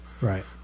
right